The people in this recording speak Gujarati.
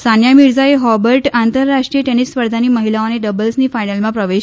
સાનિયા મિર્ઝાએ હોબર્ટ આંતરરાષ્ટ્રીય ટેનિસ સ્પર્ધાની મહિલાઓની ડબલ્સની ફાઇનલમાં પ્રવેશ